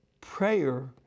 prayer